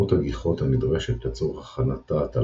כמות הגיחות הנדרשת לצורך הכנת תא הטלה